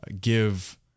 give